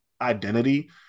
identity